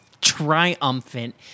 triumphant